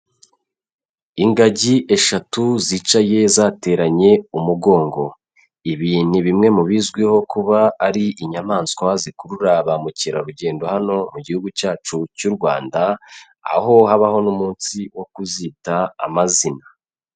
Ingagi eshatu zicaye zateranye umugongo, ibi ni bimwe mu bizwiho kuba ari inyamaswa zikurura ba mukerarugendo hano mu gihugu cyacu cy'u Rwanda, aho habaho n'umunsi wo kuzita amazina.